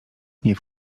nie